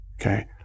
okay